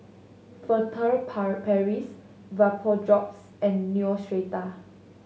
Furtere Paris Vapodrops and Neostrata